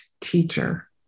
teacher